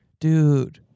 Dude